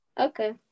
Okay